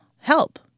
help